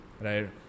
Right